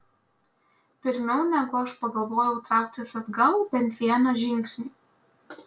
pirmiau negu aš pagalvojau trauktis atgal bent vieną žingsnį